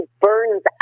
burns